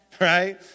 right